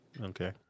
Okay